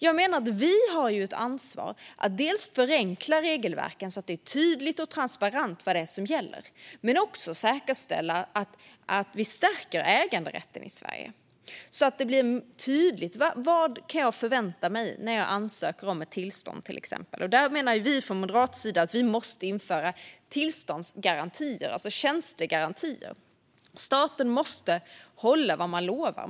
Jag menar att vi har ett ansvar att dels förenkla regelverken så att det blir transparent och tydligt vad som gäller, dels säkerställa att vi stärker äganderätten i Sverige så att det blir tydligt vad jag kan förvänta mig när jag ansöker om ett tillstånd, till exempel. Från moderat sida menar vi att vi måste införa tillståndsgarantier, eller tjänstegarantier. Staten måste hålla vad man lovar.